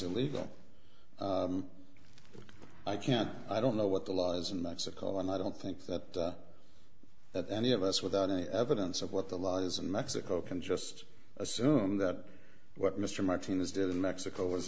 illegal i can't i don't know what the law is in mexico and i don't think that that any of us without any evidence of what the law is and mexico can just assume that what mr martinez did in mexico was